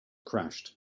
crashed